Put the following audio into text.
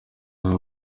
aba